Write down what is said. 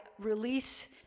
release